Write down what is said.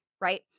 Right